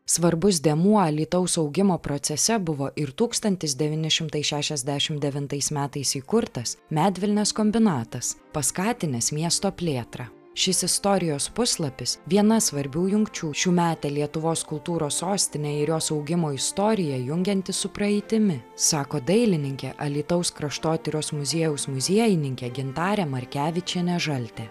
svarbus dėmuo alytaus augimo procese buvo ir tūkstantis devyni šimtai šešiasdešim devintais metais įkurtas medvilnės kombinatas paskatinęs miesto plėtrą šis istorijos puslapis viena svarbių jungčių šiųmetę lietuvos kultūros sostinę ir jos augimo istoriją jungianti su praeitimi sako dailininkė alytaus kraštotyros muziejaus muziejininkė gintarė markevičienė žaltė